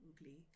ugly